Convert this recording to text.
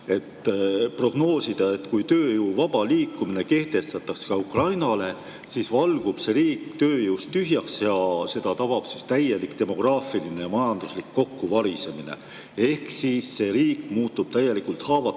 et prognoosida, et kui tööjõu vaba liikumine kehtestatakse ka Ukrainale, siis valgub see riik tööjõust tühjaks ja seda tabab täielik demograafiline ja majanduslik kokkuvarisemine. Ehk siis see riik muutub Venemaa poolt täielikult haavatavaks,